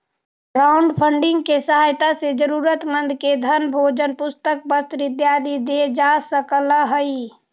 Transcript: crowdfunding के सहायता से जरूरतमंद के धन भोजन पुस्तक वस्त्र इत्यादि देल जा सकऽ हई